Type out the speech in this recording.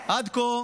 עד כה,